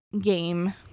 game